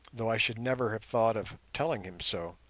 though i should never have thought of telling him so.